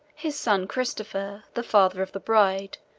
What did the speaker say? his son christopher, the father of the bride,